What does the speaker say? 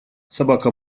собака